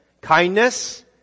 Kindness